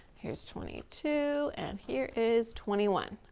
here's twenty two and here is twenty one.